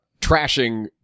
trashing